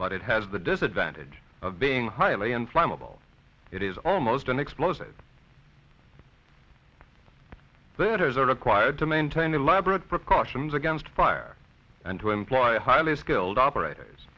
but it has the disadvantage of being highly inflammable it is almost an explosive there are required to maintain elaborate precautions against fire and to employ a highly skilled operators